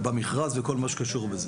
במכרז ובכל מה שקשור בזה.